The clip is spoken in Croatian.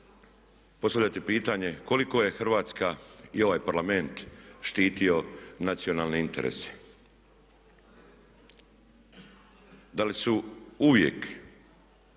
postavljati pitanje koliko je Hrvatska i ovaj Parlament štitio nacionalne interese? Da li su uvijek